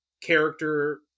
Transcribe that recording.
character